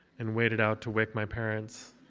and waded out to wake my parents.